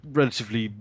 relatively